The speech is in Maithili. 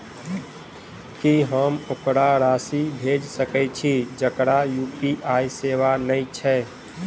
की हम ओकरा राशि भेजि सकै छी जकरा यु.पी.आई सेवा नै छै?